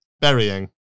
Burying